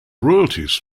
royalties